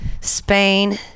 Spain